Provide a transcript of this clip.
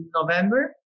November